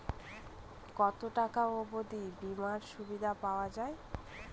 কত টাকা অবধি বিমার সুবিধা পাওয়া য়ায়?